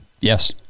Yes